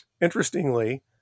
Interestingly